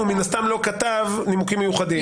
מן הסתם הוא לא כתב נימוקים מיוחדים.